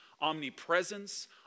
omnipresence